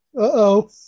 Uh-oh